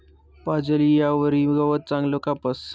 पाजेल ईयावरी गवत चांगलं कापास